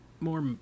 more